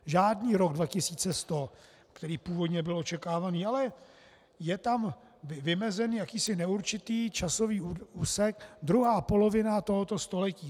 Žádný rok 2100, který původně byl očekávaný, ale je tam vymezen jakýsi neurčitý časový úsek, druhá polovina tohoto století.